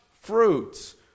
fruits